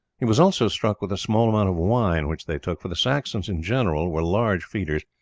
he was also struck with the small amount of wine which they took for the saxons in general were large feeders,